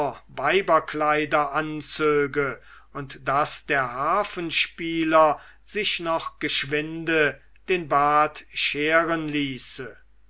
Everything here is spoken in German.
weiberkleider anzöge und daß der harfenspieler sich noch geschwinde den bart scheren ließe